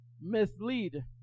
Mislead